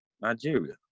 Nigeria